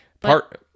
Part-